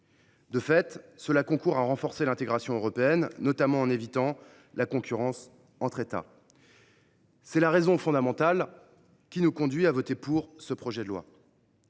De fait, cela contribue à renforcer l’intégration européenne, notamment en évitant la concurrence entre États. C’est la raison fondamentale qui nous conduit à voter en faveur de ce projet de loi.